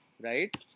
right